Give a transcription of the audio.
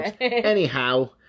Anyhow